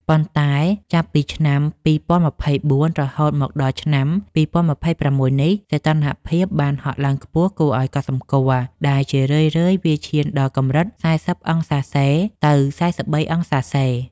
ប៉ុន្តែចាប់ពីឆ្នាំ ២០២៤ រហូតមកដល់ឆ្នាំ ២០២៦ នេះ សីតុណ្ហភាពបានហក់ឡើងខ្ពស់គួរឱ្យកត់សម្គាល់ ដែលជារឿយៗវាឈានដល់កម្រិត ៤០°C ទៅ ៤៣°C។